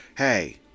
Hey